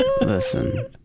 Listen